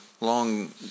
long